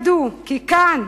הם ידעו כי כאן